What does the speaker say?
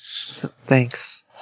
Thanks